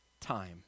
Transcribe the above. time